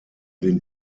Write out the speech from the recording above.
den